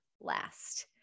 last